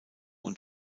und